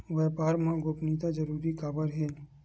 व्यापार मा गोपनीयता जरूरी काबर हे?